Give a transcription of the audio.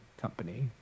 company